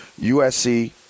USC